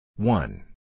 One